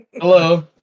hello